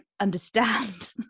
understand